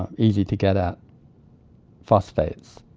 um easy-to-get-at phosphates.